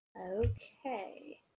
Okay